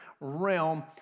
realm